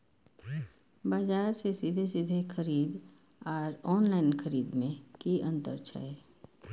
बजार से सीधे सीधे खरीद आर ऑनलाइन खरीद में की अंतर छै?